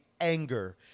anger